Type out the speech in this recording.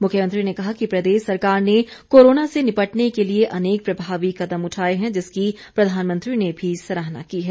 मुख्यमंत्री ने कहा कि प्रदेश सरकार ने कोरोना से निपटने के लिए अनेक प्रभावी कदम उठाए हैं जिसकी प्रधानमंत्री ने भी सराहना की है